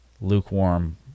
lukewarm